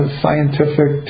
scientific